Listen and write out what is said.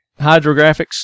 Hydrographics